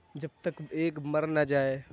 ہے جب تک ایک مر نہ جائے